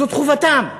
זאת חובתם.